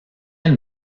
une